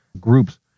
groups